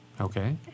okay